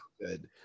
good